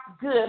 good